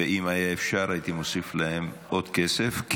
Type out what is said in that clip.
ואם היה אפשר הייתי מוסיף להם עוד כסף.